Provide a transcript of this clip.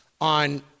on